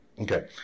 Okay